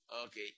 Okay